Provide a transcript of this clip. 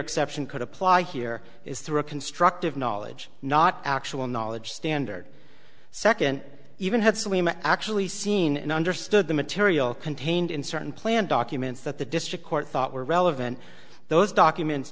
exception could apply here is through a construct of knowledge not actual knowledge standard second even had actually seen and understood the material contained in certain plan documents that the district court thought were relevant those documents